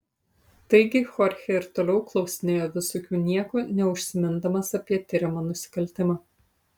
taigi chorchė ir toliau klausinėjo visokių niekų neužsimindamas apie tiriamą nusikaltimą